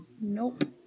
Nope